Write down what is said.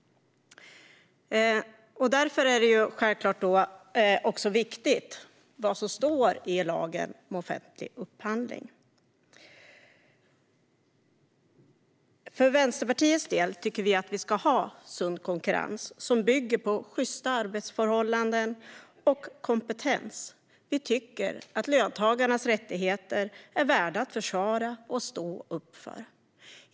Därför är det självklart viktigt vad som står i lagen om offentlig upphandling. Vänsterpartiet tycker att vi ska ha sund konkurrens som bygger på sjysta arbetsförhållanden och kompetens. Vi tycker att löntagarnas rättigheter är värda att stå upp för och försvara.